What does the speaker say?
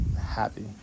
happy